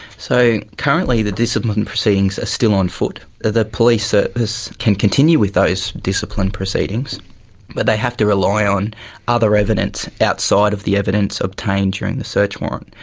so currently the discipline proceedings are still on foot. the police service can continue with those discipline proceedings but they have to rely on other evidence outside of the evidence obtained during the search warrant.